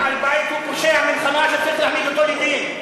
מי שיורה טיל על בית הוא פושע מלחמה שצריך להעמיד אותו לדין.